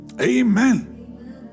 Amen